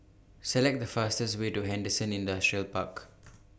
Select The fastest Way to Henderson Industrial Park